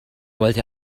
wollte